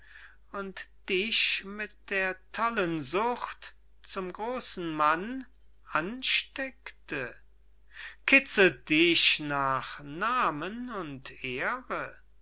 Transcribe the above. und dich mit der tollen sucht zum großen mann ansteckte kützelt dich nach namen und